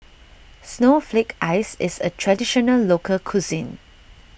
Snowflake Ice is a Traditional Local Cuisine